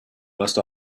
must